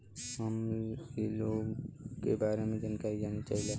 हम इ लोन के बारे मे जानकारी जाने चाहीला?